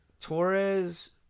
Torres